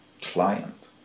client